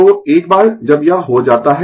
तो एक बार जब यह हो जाता है